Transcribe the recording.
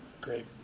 great